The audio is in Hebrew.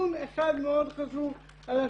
נתון אחד מאוד חשוב על השולחן.